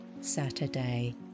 Saturday